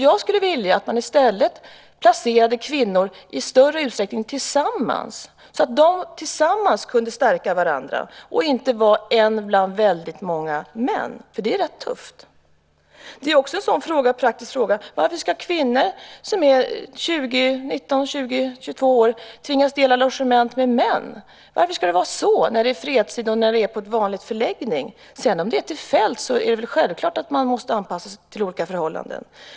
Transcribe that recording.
Jag skulle vilja att man i större utsträckning placerade kvinnor tillsammans, så att de tillsammans kunde stärka varandra och inte behövde vara en bland väldigt många män, för det är rätt tufft. En praktisk fråga är också varför kvinnor som är 19-22 år ska tvingas dela logement med män. Varför ska det vara så i fredstid och på en vanlig förläggning? Om man sedan är ute i fält är det självklart att man måste anpassa sig till olika förhållanden.